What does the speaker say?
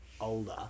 older